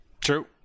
true